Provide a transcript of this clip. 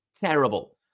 terrible